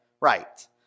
right